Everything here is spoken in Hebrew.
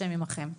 השם עימכם.